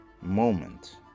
moment